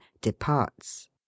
departs